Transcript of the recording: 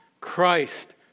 Christ